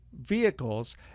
vehicles